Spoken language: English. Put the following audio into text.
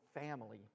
family